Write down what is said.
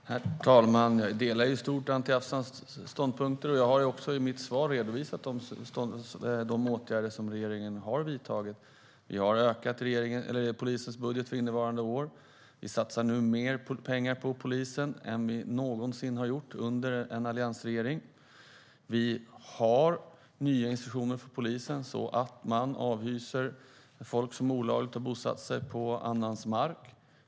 Herr talman! Jag delar i stort Anti Avsans ståndpunkter. Jag har också i mitt svar redovisat de åtgärder som regeringen har vidtagit: Vi har ökat polisens budget för innevarande år, vi satsar nu mer pengar på polisen än man någonsin har gjort under en alliansregering och vi har nya instruktioner för polisen så att man avhyser folk som olagligt har bosatt sig på annans mark.